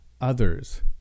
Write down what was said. others